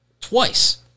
Twice